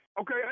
Okay